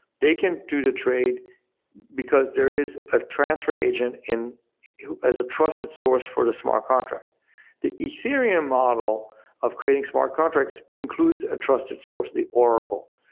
they can't do the trade because there is a transfer agent in as a trusted source for the smart contract the ethereum model of creating smart contracts includes a trusted source, the oracle.